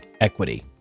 equity